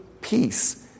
peace